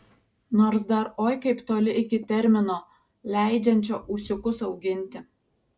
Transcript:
nors dar oi kaip toli iki termino leidžiančio ūsiukus auginti